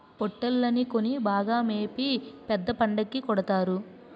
పోట్టేల్లని కొని బాగా మేపి పెద్ద పండక్కి కొడతారు